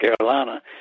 Carolina